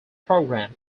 program